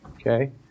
Okay